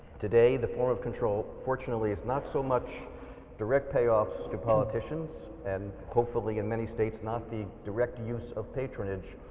today the form of control fortunately is not so much direct payoffs to politicians and hopefully in many states not the direct use of patronage.